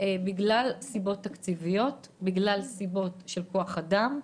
בגלל סיבות תקציבית של כוח אדם.